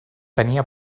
tenia